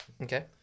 Okay